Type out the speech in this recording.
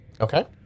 Okay